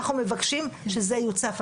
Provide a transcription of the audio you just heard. אנחנו מבקשים שזה יוצף.